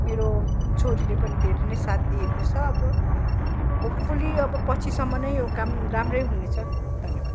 मेरो छोरीले पनि धेरै नै साथ दिएको छ अब होपफुल्ली अब पछिसम्म नै यो काम राम्रै हुनेछ धन्यवाद